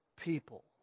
people